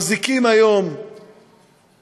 מחזיקים היום קואליציה,